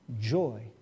joy